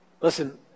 Listen